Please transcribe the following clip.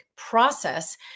process